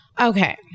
Okay